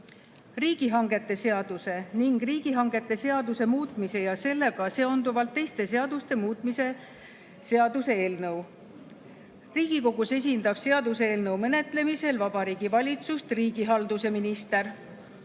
riigihangete seaduse ning riigihangete seaduse muutmise ja sellega seonduvalt teiste seaduste muutmise seaduse eelnõu. Riigikogus esindab seaduseelnõu menetlemisel Vabariigi Valitsust riigihalduse minister.